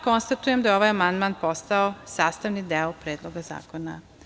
Konstatujem da je ovaj amandman postao sastavni deo Predloga zakona.